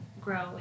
grow